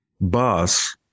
bus